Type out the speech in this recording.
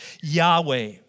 Yahweh